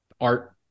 art